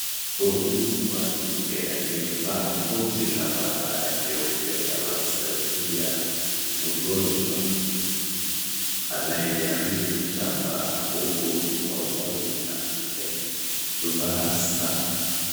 Muuguzi wa kike aliyevaa koti la mahabara jeupe anamsaidia mgonjwa anayejaribu kutambaa huku mkononi amevaa saa.